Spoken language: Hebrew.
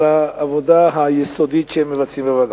על העבודה היסודית שהם מבצעים בוועדה.